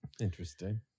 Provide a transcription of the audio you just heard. Interesting